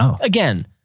Again